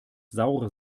saure